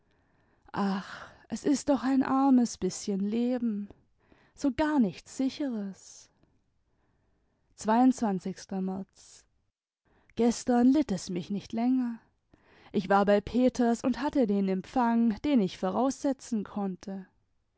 ach es ist doch ein armes bißchen leben so gar nichts sicheres mrz gestern litt es mich nicht länger ich war bei peters und hatte den empfang den ich voraussetzen konnte